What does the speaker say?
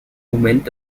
moment